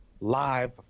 live